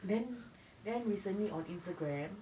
then then recently on instagram